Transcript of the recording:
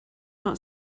not